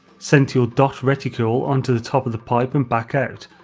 center your dot reticule on to the top of the pipe and back out,